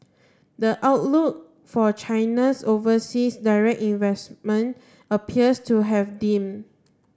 the outlook for China's overseas direct investment appears to have dimmed